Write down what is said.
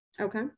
Okay